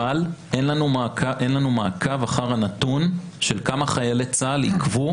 אבל אין לנו מעקב אחר הנתון כמה חיילי צה"ל עיכבו